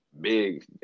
Big